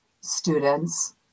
students